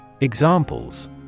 Examples